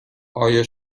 آیا